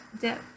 dip